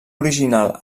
original